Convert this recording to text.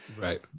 Right